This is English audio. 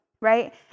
right